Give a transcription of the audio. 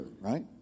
right